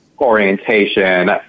orientation